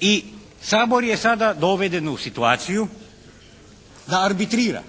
i Sabor je sada doveden u situaciju da arbitrira.